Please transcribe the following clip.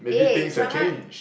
eh Chiang-Mai